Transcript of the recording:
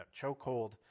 chokehold